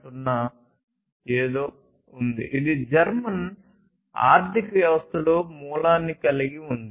0 ఏదో ఉంది ఇది జర్మన్ ఆర్థిక వ్యవస్థలో మూలాన్ని కలిగి ఉంది